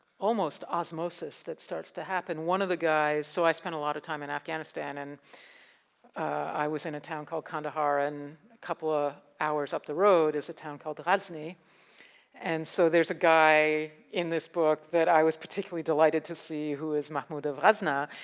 almost osmosis that starts to happen. one of the guys, so i spent a lot of time in afghanistan and i was in a town called qandahar, and a couple of hours up the road is a town called ghazni and so there's a guy in this book that i was particularly delighted to see who is mahmud of ghazni.